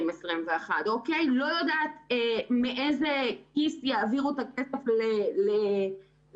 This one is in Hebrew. לא יודעת מאיזה סעיף יעבירו את הכסף לנושא